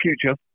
future